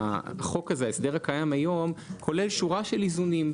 ההסדר הקיים היום כולל שורה של איזונים,